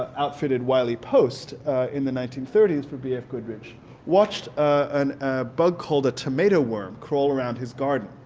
outfitted wiley post in the nineteen thirty s for b f. goodrich watched a bug called a tomato worm crawl around his garden.